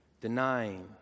Denying